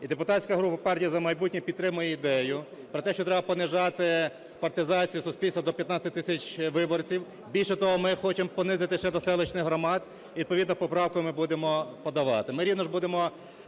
депутатська група партії "За майбутнє" підтримує ідею про те, що треба понижати партизацію суспільства до 15 тисяч виборців. Більше того, ми хочемо понизити ще до селищних громад, відповідну поправку ми будемо подавати.